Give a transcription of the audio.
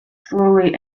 slowly